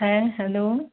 হ্যাঁ হ্যালো